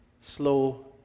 slow